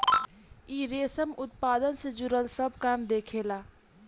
इ रेशम उत्पादन से जुड़ल सब काम देखेला